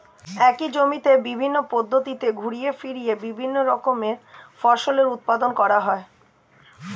একই জমিতে বিভিন্ন পদ্ধতিতে ঘুরিয়ে ফিরিয়ে বিভিন্ন রকমের ফসলের উৎপাদন করা হয়